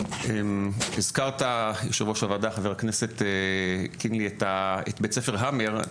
הזכרת יו"ר הוועדה חה"כ קינלי את בי"ס המר,